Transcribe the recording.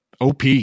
OP